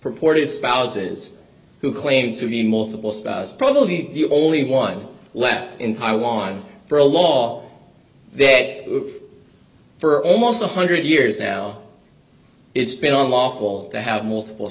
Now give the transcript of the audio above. purported spouses who claim to be multiple probably the only one left in taiwan for a law that for almost one hundred years now it's been lawful to have multiple